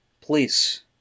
Please